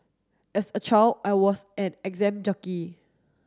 as a child I was an exam junkie